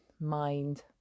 mind